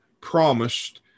promised